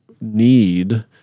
need